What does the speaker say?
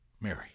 Mary